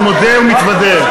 אני מודה ומתוודה.